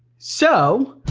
so.